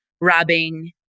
robbing